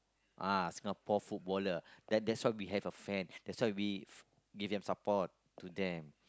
ah Singapore footballer that that's why we have a fan that's why we give them support to them